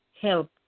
help